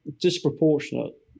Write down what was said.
disproportionate